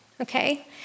okay